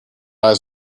eyes